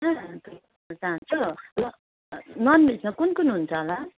चाहन्छु र नन भेजमा कुन कुन हुन्छ होला